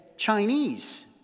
Chinese